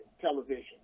television